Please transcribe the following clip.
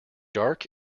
dark